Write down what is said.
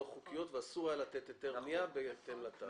חוקיות ואסור היה לתת היתר בנייה בהתאם לתמ"א.